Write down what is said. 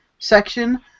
section